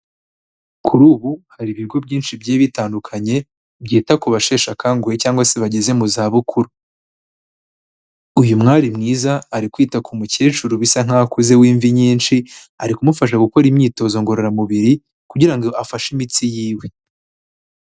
Kuri ubu hari ibigo byinshi bigiye bitandukanye byita ku basheshe akanguhe se bageze mu zabukuru, uyu mwari mwiza ari kwita ku mukecuru bisa nk'aho akuze w'imvi nyinshi ari kumufasha gukora imyitozo ngororamubiri kugira ngo afashe imitsi yiwe.